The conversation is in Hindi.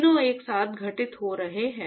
तीनों एक साथ घटित हो रहे हैं